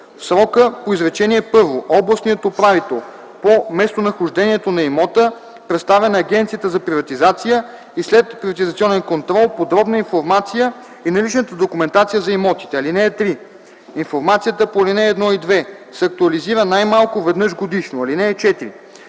срока по изречение първо областният управител по местонахождението на имота предоставя на Агенцията за приватизация и следприватизационен контрол подробна информация и наличната документация за имотите. (3) Информацията по ал. 1 и 2 се актуализира най-малко веднъж годишно. (4)